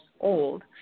old